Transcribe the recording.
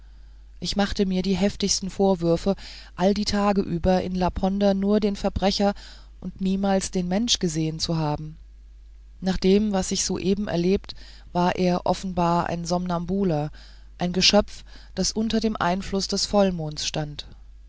ich machte mir die heftigsten vorwürfe alle die tage über in laponder nur den verbrecher und niemals den menschen gesehen zu haben nach dem was ich soeben erlebt war er offenbar ein somnambuler ein geschöpf das unter dem einfluß des vollmonds stand